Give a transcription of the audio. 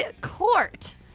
Court